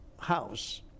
house